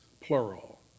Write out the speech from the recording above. plural